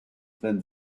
than